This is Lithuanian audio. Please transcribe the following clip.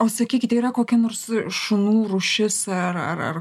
o sakykit yra kokia nors šunų rūšis ar